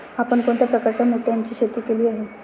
आपण कोणत्या प्रकारच्या मोत्यांची शेती केली आहे?